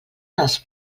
dels